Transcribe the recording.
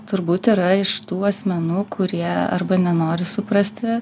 turbūt yra iš tų asmenų kurie arba nenori suprasti